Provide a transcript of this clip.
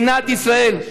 כך מדינת ישראל,